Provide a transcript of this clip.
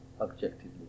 objectively